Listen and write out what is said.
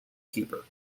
keeper